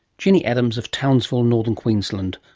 jeanie adams of townsville, northern queensland,